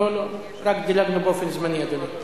לא, לא, רק דילגנו באופן זמני, אדוני.